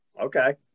okay